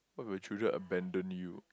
what if your children abandon you